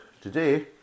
today